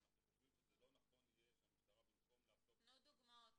שאנחנו חושבים שזה לא נכון יהיה שהמשטרה במקום לעשות --- תנו דוגמאות,